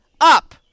up